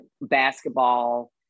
basketball